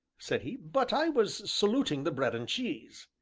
said he, but i was saluting the bread and cheese.